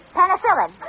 Penicillin